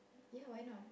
ya why not